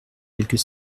quelques